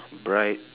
bright